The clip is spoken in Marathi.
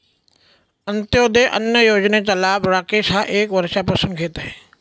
अंत्योदय अन्न योजनेचा लाभ राकेश हा एक वर्षापासून घेत आहे